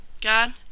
God